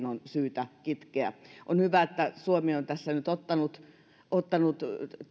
on syytä kitkeä on hyvä että suomi on tässä nyt ottanut ottanut